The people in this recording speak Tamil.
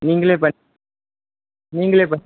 நீங்களே பண் நீங்களே பண்ணி